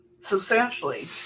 Substantially